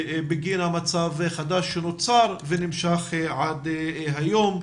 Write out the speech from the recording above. בגין המצב החדש שנוצר ונמשך עד היום.